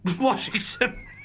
Washington